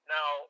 Now